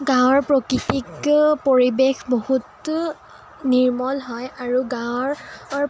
গাঁৱৰ প্ৰাকৃতিক পৰিৱেশ বহুতো নিৰ্মল হয় আৰু গাঁৱৰ